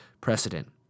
precedent